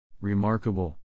Remarkable